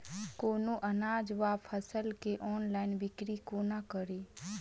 कोनों अनाज वा फसल केँ ऑनलाइन बिक्री कोना कड़ी?